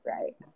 right